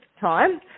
time